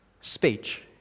speech